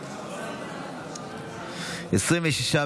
את הצעת